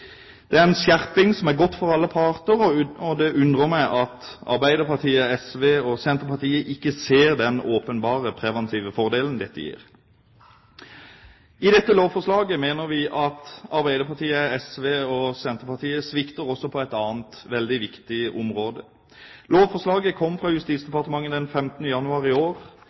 Det er en skjerping som er bra for alle parter, og det undrer meg at Arbeiderpartiet, SV og Senterpartiet ikke ser den åpenbare preventive fordelen dette gir. I forbindelse med dette lovforslaget mener vi at Arbeiderpartiet, SV og Senterpartiet svikter også på et annet veldig viktig område. Lovforslaget kom fra Justisdepartementet den 15. januar i år.